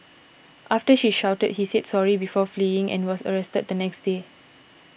after she shouted he said sorry before fleeing and was arrested the next day